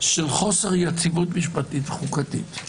של חוסר יציבות משפטית-חוקתית.